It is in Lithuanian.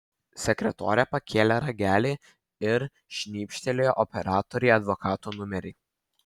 sekretorė pakėlė ragelį ir šnibžtelėjo operatorei advokato numerį